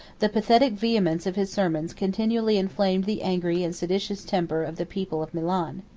the pathetic vehemence of his sermons continually inflamed the angry and seditious temper of the people of milan.